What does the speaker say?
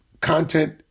content